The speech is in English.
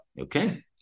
okay